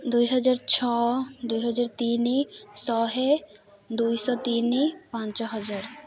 ଦୁଇହଜାର ଛଅ ଦୁଇହଜାର ତିନି ଶହେ ଦୁଇଶହ ତିନି ପାଞ୍ଚ ହଜାର